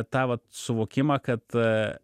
tą vat suvokimą kad